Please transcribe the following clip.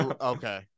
okay